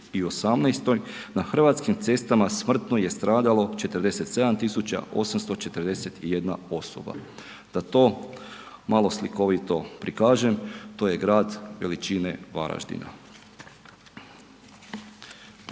na hrvatskih cestama smrtno je stradalo 47 841 osoba. Da to malo slikovito prikažem, to je grad veličine Varaždina.